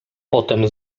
potem